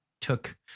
took